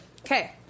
Okay